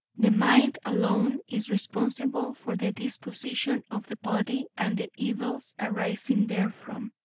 the mind alone is responsible for the disposition of the body and the evils arising therefrom,